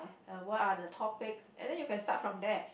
uh what are the topics and then you can start from there